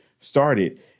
started